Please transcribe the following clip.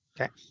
Okay